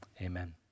amen